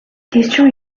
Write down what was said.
question